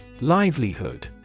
Livelihood